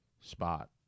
spot